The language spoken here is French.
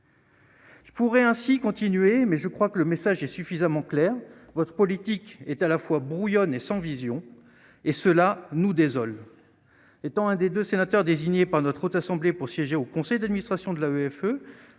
Je pourrais ainsi continuer, mais je crois que le message est suffisamment clair : votre politique est à la fois brouillonne et sans vision et cela nous désole étant un des 2 sénateurs désignés par notre Haute assemblée pour siéger au conseil d'administration de la